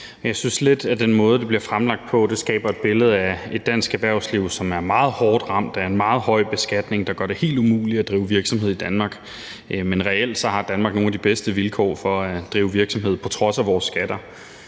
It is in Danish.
Jeg synes lidt, at den måde, det bliver fremlagt på, skaber et billede af et dansk erhvervsliv, som er meget hårdt ramt af en meget høj beskatning, der gør det helt umuligt at drive virksomhed i Danmark. Men reelt har Danmark nogle af de bedste vilkår for at drive virksomhed på trods af vores skatter.